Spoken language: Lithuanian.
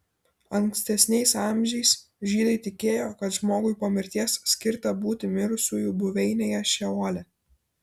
ankstesniais amžiais žydai tikėjo kad žmogui po mirties skirta būti mirusiųjų buveinėje šeole